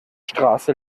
straße